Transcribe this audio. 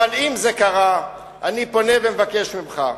אבל אם זה קרה, אני פונה ומבקש ממך,